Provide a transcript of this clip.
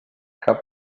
cap